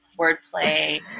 wordplay